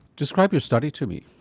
describe your study to me.